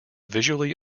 visually